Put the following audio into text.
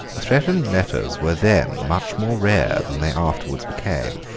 threatening letters were then much more rare than they afterwards became.